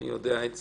אני יודע את זה.